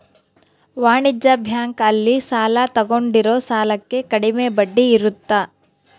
ವಾಣಿಜ್ಯ ಬ್ಯಾಂಕ್ ಅಲ್ಲಿ ಸಾಲ ತಗೊಂಡಿರೋ ಸಾಲಕ್ಕೆ ಕಡಮೆ ಬಡ್ಡಿ ಇರುತ್ತ